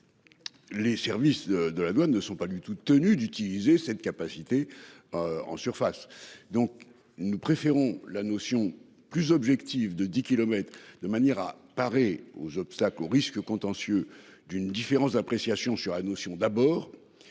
Les services de la douane ne sont pas du tout tenu d'utiliser cette capacité. En surface, donc nous préférons la notion plus objective de 10 kilomètres de manière à parer aux obstacles aux risques contentieux d'une différence d'appréciation sur la notion d'abord.